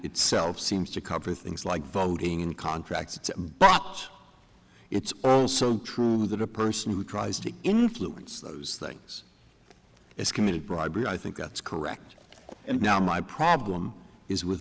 itself seems to cover things like voting in contracts but it's also true that a person who tries to influence those things is committed bribery i think that's correct and now my problem is with